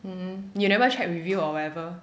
mm you never check review or whatever